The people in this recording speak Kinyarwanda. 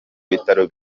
bitaro